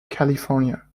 california